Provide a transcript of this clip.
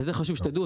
ואת זה חשוב שתדעו.